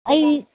ऐ